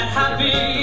happy